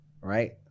right